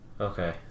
Okay